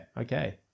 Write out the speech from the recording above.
Okay